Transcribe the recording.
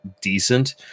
decent